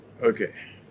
Okay